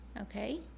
Okay